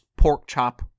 Porkchop